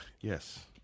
Yes